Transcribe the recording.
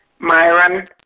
Myron